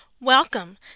Welcome